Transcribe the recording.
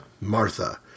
Martha